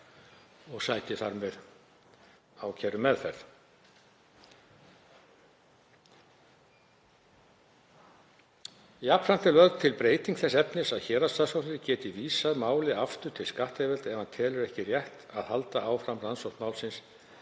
og sæti þar með ákærumeðferð. Jafnframt er lögð til breyting þess efnis að héraðssaksóknari geti vísað máli aftur til skattyfirvalda ef hann telur ekki rétt að halda áfram rannsókn málsins eða ekki